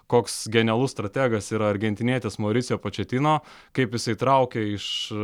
koks genialus strategas yra argentinietis mauricijo pačetino kaip jisai traukia iš